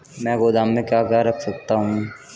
मैं गोदाम में क्या क्या रख सकता हूँ?